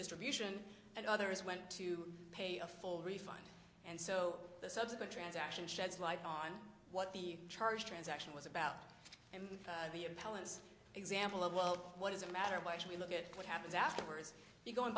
distribution and others went to pay a full refund and so the subsequent transaction sheds light on what the charge transaction was about and the appellant's example of well what does it matter why should we look at what happens afterwards you go and